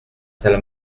salle